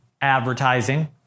advertising